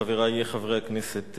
חברי חברי הכנסת,